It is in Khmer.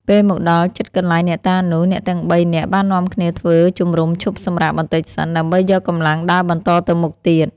ពេលមកដល់ជិតកន្លែងអ្នកតានោះ អ្នកទាំងបីនាក់បាននាំគ្នាធ្វើជំរំឈប់សម្រាកបន្តិចសិន ដើម្បីយកកម្លាំងដើរបន្តទៅមុខទៀត។